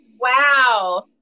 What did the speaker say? Wow